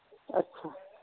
अच्छा